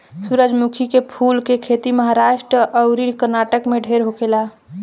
सूरजमुखी के फूल के खेती महाराष्ट्र अउरी कर्नाटक में ढेर होखेला